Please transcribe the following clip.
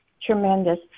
tremendous